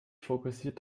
fokussiert